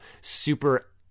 super